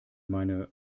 meine